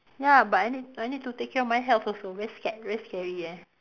ya but I need I need to take care of my health also very scared very scary eh